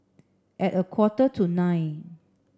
at a quarter to nine